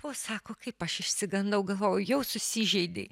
o sako kaip aš išsigandau galvojau jau susižeidei